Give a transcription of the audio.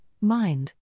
Mind